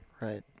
Right